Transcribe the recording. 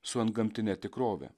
su antgamtine tikrove